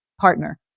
partner